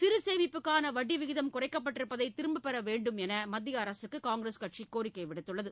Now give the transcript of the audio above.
சிறுசேமிப்புக்கான வட்டி விகிதம் குறைக்கப்பட்டிருப்பதை திரும்பப் பெற வேண்டும் என மத்திய அரசுக்கு காங்கிரஸ் கட்சி கோரிக்கை விடுத்துள்ளது